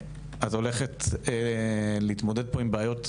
את הולכת להתמודד פה עם בעיות,